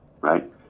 right